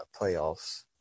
playoffs